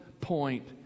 point